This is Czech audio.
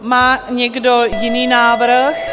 Má někdo jiný návrh?